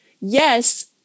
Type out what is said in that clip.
Yes